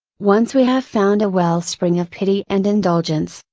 once we have found a wellspring of pity and indulgence,